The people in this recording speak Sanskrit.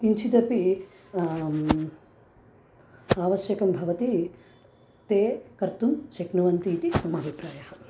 किञ्चिदपि आवश्यकं भवति ते कर्तुं शक्नुवन्तीति मम अभिप्रायः